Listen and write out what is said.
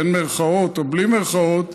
במירכאות או בלי מירכאות,